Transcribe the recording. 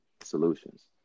solutions